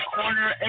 corner